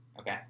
Okay